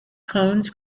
cones